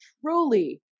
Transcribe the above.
truly